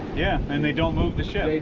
yeah and they don't move the ship